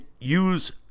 use